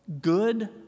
good